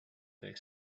they